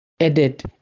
added